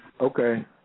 Okay